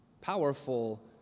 powerful